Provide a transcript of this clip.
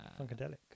funkadelic